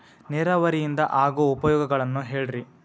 ನೇರಾವರಿಯಿಂದ ಆಗೋ ಉಪಯೋಗಗಳನ್ನು ಹೇಳ್ರಿ